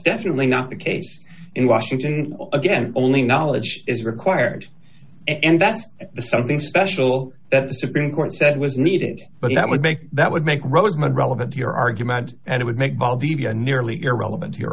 definitely not the case in washington again only knowledge is required and that's something special that the supreme court said was needed but that would make that would make roseman relevant to your argument and it would make valdivia nearly irrelevant to your